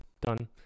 done